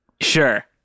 Sure